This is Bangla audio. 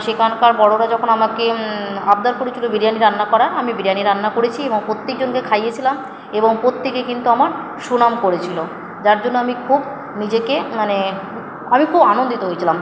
সেখানকার বড়োরা যখন আমাকে আবদার করেছিলো বিরিয়ানি রান্না করার আমি বিরিয়ানি রান্না করেছি এবং প্রত্যেকজনকে খাইয়েছিলাম এবং প্রত্যেকে কিন্তু আমার সুনাম করেছিলো যার জন্য আমি খুব নিজেকে মানে আমি খুব আনন্দিত হয়েছিলাম